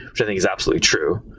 which i think is absolutely true.